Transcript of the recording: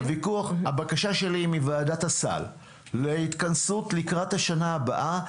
הבקשה שלי מוועדת הסל היא שבהתכנסות לקראת השנה הבאה